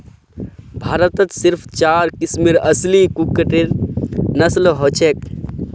भारतत सिर्फ चार किस्मेर असली कुक्कटेर नस्ल हछेक